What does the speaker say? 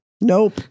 Nope